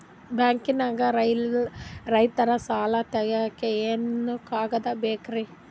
ಬ್ಯಾಂಕ್ದಾಗ ರೈತರ ಸಾಲ ತಗ್ಸಕ್ಕೆ ಏನೇನ್ ಕಾಗ್ದ ಬೇಕ್ರಿ?